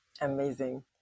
Amazing